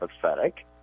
pathetic